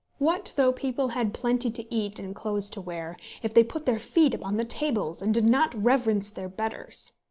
what though people had plenty to eat and clothes to wear, if they put their feet upon the tables and did not reverence their betters?